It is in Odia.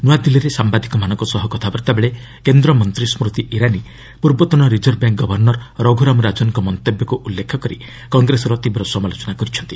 ନୂଆଦିଲ୍ଲୀରେ ସାମ୍ବାଦିକମାନଙ୍କ ସହ କଥାବାର୍ତ୍ତା ବେଳେ କେନ୍ଦ୍ରମନ୍ତ୍ରୀ ସ୍ଚତି ଇରାନି ପୂର୍ବତନ ରିଜର୍ଭ ବ୍ୟାଙ୍କ୍ ଗଭର୍ଷର ରଘୁରାମ ରାଜନଙ୍କ ମନ୍ତବ୍ୟକୁ ଉଲ୍ଲେଖ କରି କଂଗ୍ରେସର ତୀବ୍ର ସମାଲୋଚନା କରିଛନ୍ତି